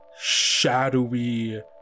shadowy